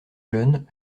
jeune